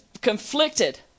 conflicted